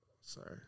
Sorry